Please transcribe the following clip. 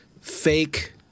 fake